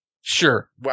Sure